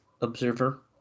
observer